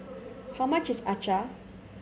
how much is acar